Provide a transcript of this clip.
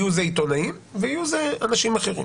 יהיו זה עיתונאים ויהיו זה אנשים אחרים?